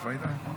איפה היית?